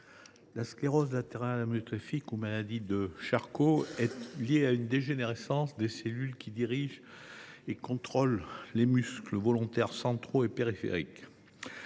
la sclérose latérale amyotrophique ou maladie de Charcot est liée à une dégénérescence des cellules qui dirigent et contrôlent les muscles volontaires centraux et périphériques.